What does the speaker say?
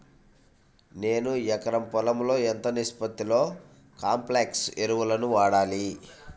నేను ఎకరం పొలంలో ఎంత నిష్పత్తిలో కాంప్లెక్స్ ఎరువులను వాడాలి?